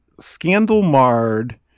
scandal-marred